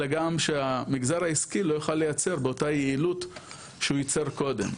אלא גם שהמגזר העסקי לא יוכל לייצר באותה יעילות שהוא ייצר קודם.